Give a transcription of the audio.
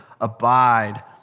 Abide